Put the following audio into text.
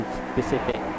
specific